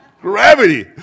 gravity